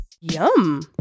Yum